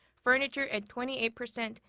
furniture at twenty eight percent.